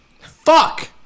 Fuck